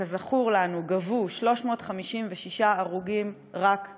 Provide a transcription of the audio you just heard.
שכזכור לנו גבו 356 הרוגים רק השנה,